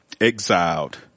exiled